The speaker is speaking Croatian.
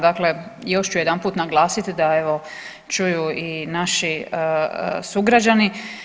Dakle, još ću jedanput naglasiti da evo čuju i naši sugrađani.